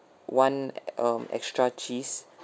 want um extra cheese